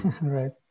Right